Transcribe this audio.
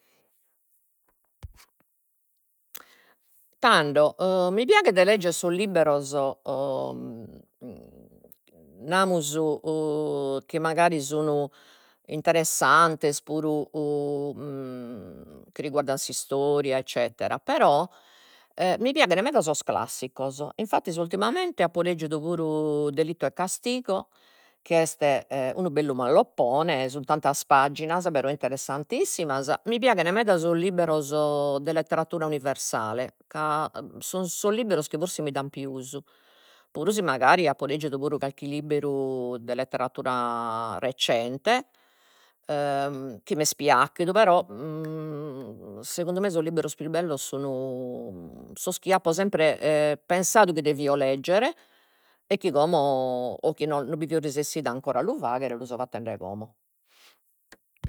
Tando mi piaghet de legger sos libberos chi magari sun interessantes puru chi rigualden s'istoria eccetera, però mi piaghen meda sos classicos, infattis ultimamente apo leggidu puru delitto e castigo chi est unu bellu malloppone, sun tantas paginas, però interessantissimas, mi piaghen meda sos libberos de letteratura universale, ca sun sos libberos chi forsis mi dan pius, puru si mancari apo leggidu puru calchi libberu de letteratura recente chi m'est piacchidu, però segundu me sos libberos pius bellos sun sos chi apo sempre e pensadu chi devio leggere e chi como o chi no non bi fio resessida ancora a lu faghere e lu so fatende como